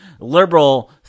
liberal